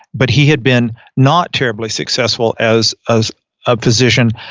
but he had been not terribly successful as as a physician,